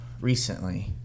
recently